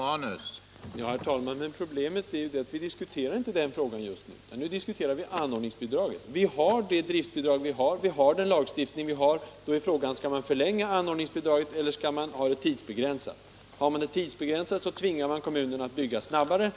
Herr talman! Problemet är ju att vi inte diskuterar den frågan just nu, utan nu diskuterar vi anordningsbidraget. Vi har det driftbidrag vi har, vi har den lagstiftning vi har och då är frågan: Skall man förlänga anordningsbidraget eller skall det vara tidsbegränsat? Har man det tidsbegränsat tvingar man kommunerna att bygga snabbare,